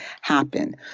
happen